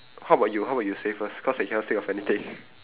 how about you how about you say first cause I cannot think of anything